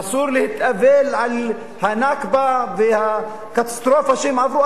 אסור להתאבל על הנכבה והקטסטרופה שהם עברו,